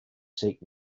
seek